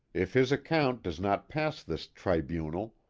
if his account does not pass this tribunal,